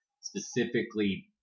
specifically